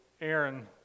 Aaron